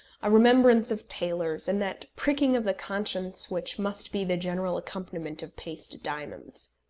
a remembrance of tailors, and that pricking of the conscience which must be the general accompaniment of paste diamonds.